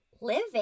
living